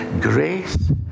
Grace